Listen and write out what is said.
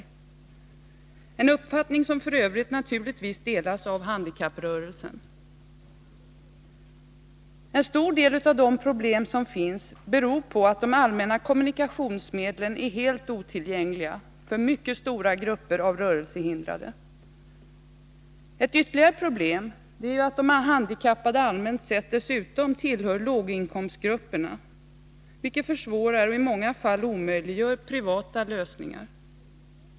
Det är en uppfattning som f. ö. naturligtvis delas av handikapprörelsen. En stor del av de problem som finns beror på att de allmänna kommunikationsmedlen är helt otillgängliga för mycket stora grupper av rörelsehindrade. Ett ytterligare problem är att de handikappade, allmänt sett, dessutom tillhör låginkomstgrupperna, vilket försvårar och i många fall omöjliggör privata lösningar.